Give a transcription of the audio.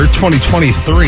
2023